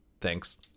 Thanks